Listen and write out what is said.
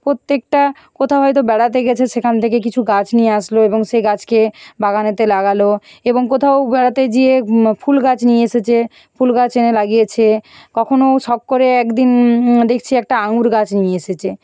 প্রত্যেকটা কোথাও হয়তো বেড়াতে গেছে সেখান থেকে কিছু গাছ নিয়ে আসলো এবং সেই গাছকে বাগানেতে লাগালো এবং কোথাও বেড়াতে যেয়ে ফুলগাছ নিয়ে এসেছে ফুলগাছ এনে লাগিয়েছে কখনও শখ করে একদিন দেখছি একটা আঙুর গাছ নিয়ে এসেছে